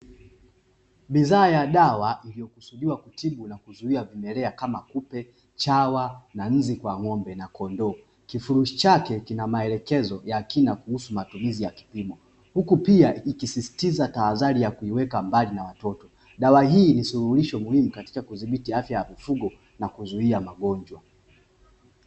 Bidhaa ya dawa iliyokusudiwa kutibu